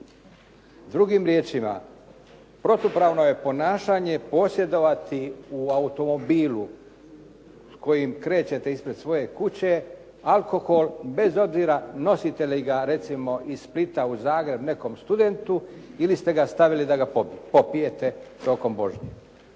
Drugim riječima, protupravno je ponašanje posjedovati u automobilu s kojim krećete ispred svoje kuće alkohol bez obzira nosite li ga recimo iz Splita u Zagreb nekom studentu ili ste ga stavili da ga popijete tokom vožnje.